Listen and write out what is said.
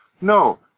No